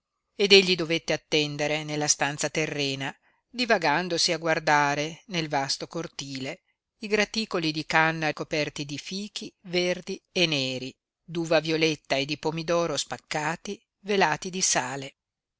ed egli dovette attendere nella stanza terrena divagandosi a guardare nel vasto cortile i graticoli di canna coperti di fichi verdi e neri d'uva violetta e di pomidoro spaccati velati di sale